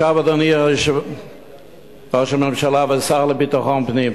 אדוני ראש הממשלה והשר לביטחון פנים,